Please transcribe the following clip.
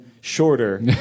shorter